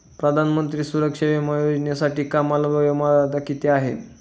प्रधानमंत्री सुरक्षा विमा योजनेसाठी कमाल वयोमर्यादा किती आहे?